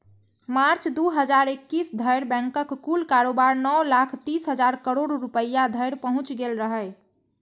मार्च, दू हजार इकैस धरि बैंकक कुल कारोबार नौ लाख तीस हजार करोड़ रुपैया धरि पहुंच गेल रहै